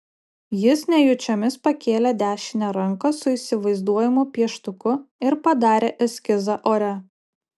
jis nejučiomis pakėlė dešinę ranką su įsivaizduojamu pieštuku ir padarė eskizą ore